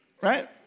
right